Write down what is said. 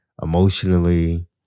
emotionally